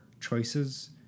choices